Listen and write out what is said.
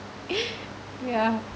yeah